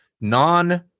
non